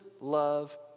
Love